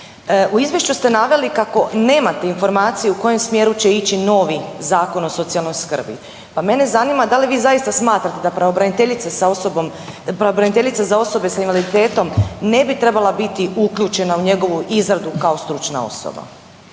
U izvješću ste naveli kako nemate informaciju u kojem smjeru će ići novi Zakon o socijalnoj skrbi, pa mene zanima da li vi zaista smatrate da pravobraniteljica sa osobom, pravobraniteljica za osobe s invaliditetom ne bi trebala biti uključena u njegovu izradu kao stručna osoba.